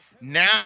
Now